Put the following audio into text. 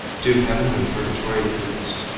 do heaven and purgatory exist?